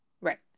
Right